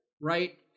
right